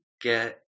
get